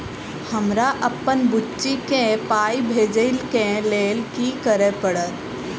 हमरा अप्पन बुची केँ पाई भेजइ केँ लेल की करऽ पड़त?